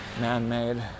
man-made